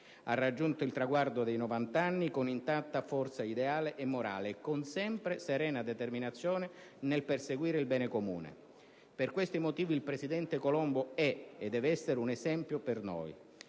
Ha raggiunto il traguardo dei 90 anni con intatta forza ideale e morale e con sempre serena determinazione nel perseguire il bene comune. Per questi motivi il presidente Colombo è, e deve essere, un esempio per noi: